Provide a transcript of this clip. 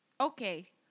Okay